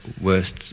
worst